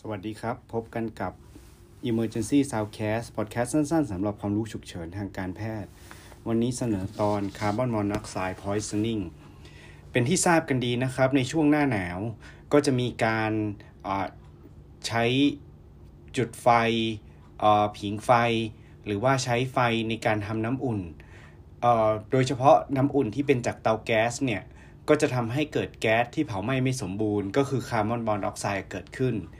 สวัสดีครับ พบกันกับ Emergency Soundcast podcast สั้นๆสำหรับความรู้ฉุกเฉินทางการแพทย์ วันนี้เสนอตอน Carbon Monoxide Poisoning เป็นที่ทราบกันดีนะครับ ในช่วงหน้าหนาวก็จะมีการ อ่า ใช้จุดไฟ อ่า ผิงไฟหรือว่าใช้ไฟในการทำน้ำอุ่น เอ่อ โดยเฉพาะน้ำอุ่นที่เป็นจากเตาแก๊สเนี่ยก็จะทำให้เกิดแก๊สที่เผาไหม้ไม่สมบูรณ์ ก็คือ carbon monoxide เกิดขึ้น